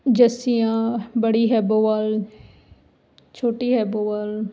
ਜੱਸੀਆਂ ਬੜੀ ਹੈਬੋਵਾਲ ਛੋਟੀ ਹੈਬੋਵਾਲ